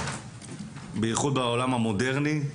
בייחוד בעולם המודרני,